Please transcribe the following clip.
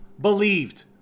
believed